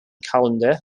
calendar